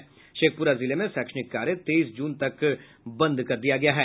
वहीं शेखपुरा जिले में शैक्षणिक कार्य तेईस जून तक बंद कर दिया गया है